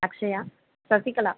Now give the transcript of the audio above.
Akshaya Sasikala